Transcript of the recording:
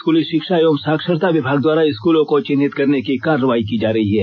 स्कूली षिक्षा एवं साक्षरता विभाग द्वारा स्कूलों को चिन्हित करने की कार्रवाई की जा रही है